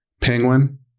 Penguin